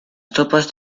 tropas